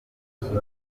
munini